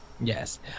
Yes